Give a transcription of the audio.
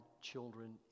children